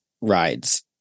rides